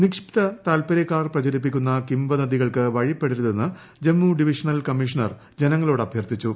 നിക്ഷിപ്ത താല്പര്യക്കാർ പ്രചരിപ്പിക്കുന്ന ക്ടിംവിദന്തികൾക്ക് വഴിപ്പെടരുതെന്ന് ജമ്മു ഡിവിഷണൽ കമ്മീഷണർ ജനങ്ങളോട് അഭ്യർത്ഥിച്ചു